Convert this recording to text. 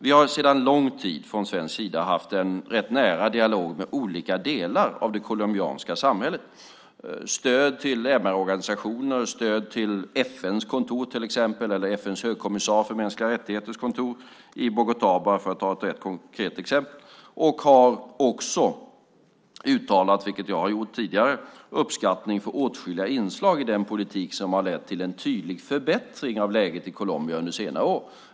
Vi i Sverige har sedan lång tid fört en rätt nära dialog med olika delar av det colombianska samhället. Det har varit stöd till MR-organisationer och stöd till FN:s högkommissaries för mänskliga rättigheter kontor i Bogotá, för att ta några konkreta exempel. Vi har också, vilket jag också har gjort tidigare, uttalat uppskattning för inslag i den politik som har lett till en tydlig förbättring av läget i Colombia under senare år.